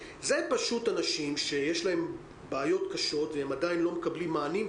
פשוט יש אנשים שיש להם בעיות קשות שהם עדיין לא קיבלו מענים.